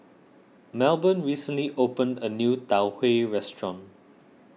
Melbourne recently opened a new Tau Huay restaurant